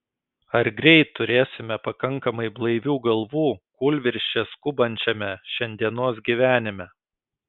ar greit turėsime pakankamai blaivių galvų kūlvirsčia skubančiame šiandienos gyvenime